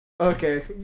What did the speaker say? Okay